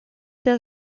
der